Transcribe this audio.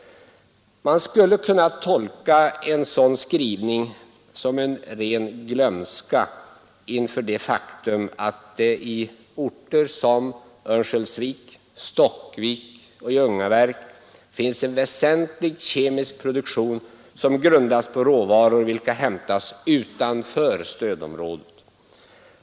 Man skulle kunna tolka en sådan skrivning som en ren glömska inför det faktum att det i orter som Örnsköldsvik, Stockvik och Ljungaverk finns en väsentlig kemisk produktion som grundas på råvaror vilka hämtas utanför stödområdet.